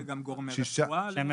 גם גורמי רפואה למשל.